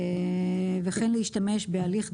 וכן להשתמש בהליך,